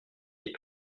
est